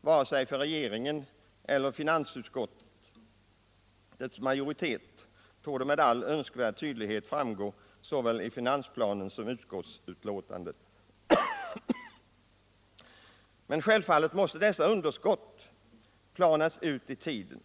vare sig för regeringen eller för Finansdebatt Finansdebatt finansutskottets majoritet torde med all önskvärd tydlighet framgå av såväl - finansplanen som utskottsbetänkandet. Underskotten måste emellertid självfallet planas ut i tiden.